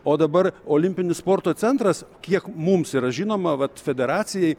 o dabar olimpinis sporto centras kiek mums yra žinoma vat federacijai